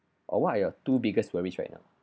or what are your two biggest worries right now